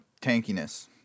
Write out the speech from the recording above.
tankiness